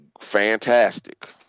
fantastic